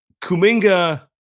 Kuminga